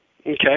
Okay